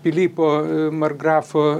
pilypo margrafo